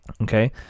Okay